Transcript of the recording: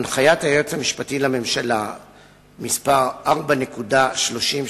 הנחיית היועץ המשפטי לממשלה מס' 4.3030,